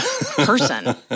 person